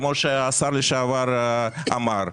כמו שהשר לשעבר אמר,